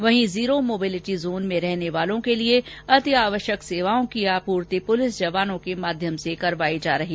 वहीं zero mobility zone में रहने वालों के लिए अति आवश्यक सेवाओं की आपूर्ति पुलिस जवानों के माध्यम से करवाई जा रही